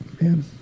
man